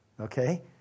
Okay